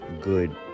good